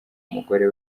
umugore